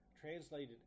translated